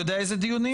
אתה יודע איזה דיונים?